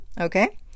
Okay